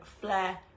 flair